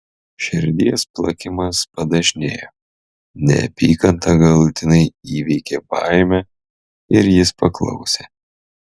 širdies plakimas padažnėjo neapykanta galutinai įveikė baimę ir jis paklausė